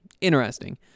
Interesting